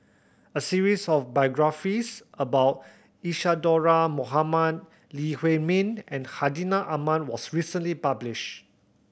a series of biographies about Isadhora Mohamed Lee Huei Min and Hartinah Ahmad was recently published